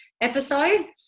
episodes